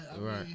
right